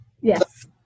Yes